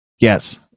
yes